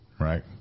right